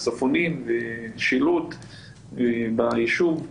מסופונים ושילוט ביישוב.